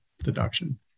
Deduction